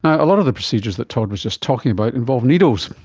a lot of the procedures that todd was just talking about involve needles,